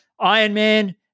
Ironman